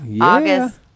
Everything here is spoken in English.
August